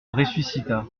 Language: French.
ressuscita